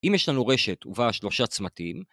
‫אם יש לנו רשת ובה שלושה צמתים...